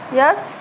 yes